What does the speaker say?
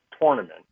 tournament